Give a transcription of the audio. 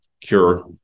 cure